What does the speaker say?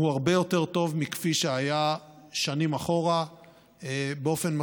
הוא הרבה יותר טוב מכפי שהיה שנים אחורה באופן משמעותי.